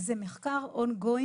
זה מחקר on going,